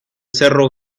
cerro